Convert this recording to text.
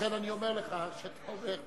לכן אני אומר לך, כשאתה אומר,